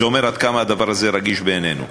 זה אומר עד כמה הדבר הזה רגיש בעינינו.